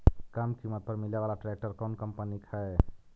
कम किमत पर मिले बाला ट्रैक्टर कौन कंपनी के है?